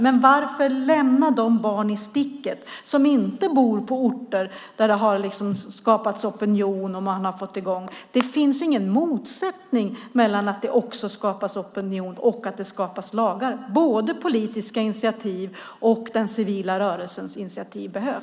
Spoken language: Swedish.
Men varför lämna de barn i sticket som inte bor på orter där det har skapats opinion? Det finns ingen motsättning mellan att det skapas opinion och att det skapas lagar. Både politiska initiativ och den civila rörelsens initiativ behövs.